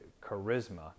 charisma